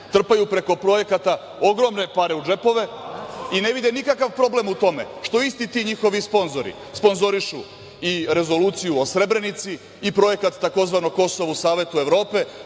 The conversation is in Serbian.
trpaju preko projekata ogromne pare u džepove i ne vide nikakav problem u tome što isti ti njihovi sponzori sponzorišu i rezoluciju o Srebrenici i projekat tzv. Kosovo u Savetu Evrope,